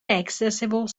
accessible